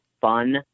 fun